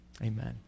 Amen